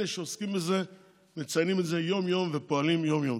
אלה שעוסקים בזה מציינים את זה יום-יום ופועלים יום-יום.